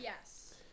Yes